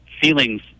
feelings